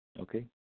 Okay